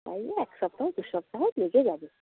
চাইলে এক সপ্তাহ দুসপ্তাহ লেগে যাবে